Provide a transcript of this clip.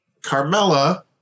Carmella